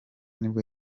nibwo